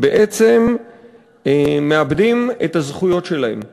בעצם מאבדים את הזכויות שלהם.